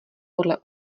podle